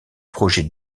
projet